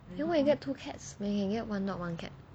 then why you get two cats when you can get one dog one cat